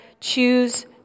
choose